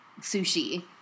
Sushi